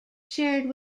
shared